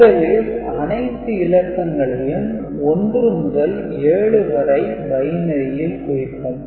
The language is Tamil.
முதலில் அனைத்து இலக்கங்களையும் 1 முதல் 7 வரை பைனரியில் குறிப்போம்